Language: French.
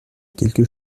quelque